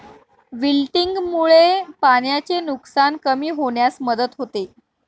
विल्टिंगमुळे पाण्याचे नुकसान कमी होण्यास मदत होते